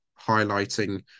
highlighting